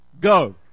go